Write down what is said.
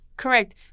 Correct